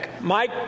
Mike